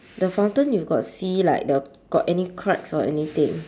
the fountain you got see like the got any cracks or anything